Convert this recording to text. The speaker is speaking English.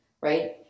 right